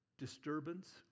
disturbance